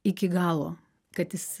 iki galo kad jis